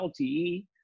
LTE